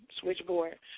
switchboard